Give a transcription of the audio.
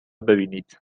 ببینید